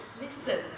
Listen